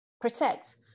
protect